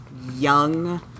young